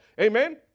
Amen